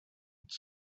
with